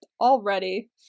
already